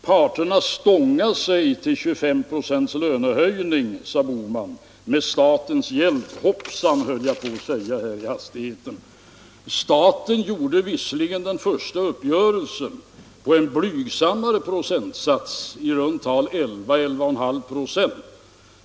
Parterna stångade sig till 25 96 lönehöjning, sade herr Bohman, med statens hjälp. Hoppsan, höll jag på att säga i hastigheten! Staten gjorde visserligen den första uppgörelsen på en blygsammare procentsats — i runt tal 11-11,5 26.